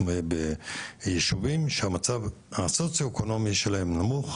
בישובים שהמצב הסוציואקונומי שלהם נמוך.